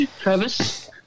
Travis